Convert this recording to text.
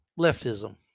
leftism